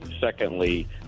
Secondly